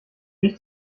nicht